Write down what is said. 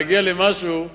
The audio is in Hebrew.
להגיע למשהו,